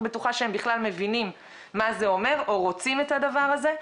בטוחה שהם בכלל מבינים מה זה אומר או רוצים את הדבר הזה.